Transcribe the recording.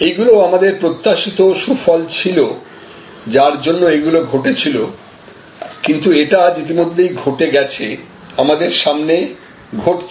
এইগুলি আমাদের প্রত্যাশিত সুফল ছিল যার জন্য এইগুলি ঘটছিল কিন্তু এটা আজ ইতিমধ্যেই ঘটে গেছেআমাদের সামনে ঘটছে